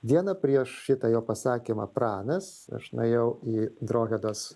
dieną prieš šitą jo pasakymą pranas aš nuėjau į drohedos